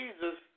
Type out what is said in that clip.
Jesus